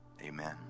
Amen